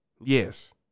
Yes